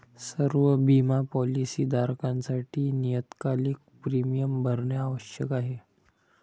सर्व बिमा पॉलीसी धारकांसाठी नियतकालिक प्रीमियम भरणे आवश्यक आहे